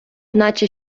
наче